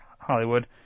Hollywood